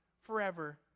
forever